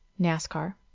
NASCAR